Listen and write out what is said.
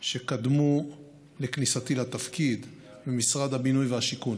שקדמו לכניסתי לתפקיד במשרד הבינוי והשיכון.